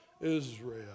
Israel